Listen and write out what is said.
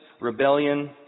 rebellion